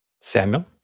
Samuel